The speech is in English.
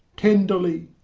tenderly,